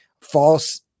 false